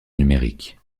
numérique